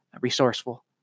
resourceful